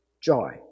Joy